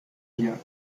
hier